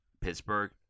Pittsburgh